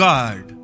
God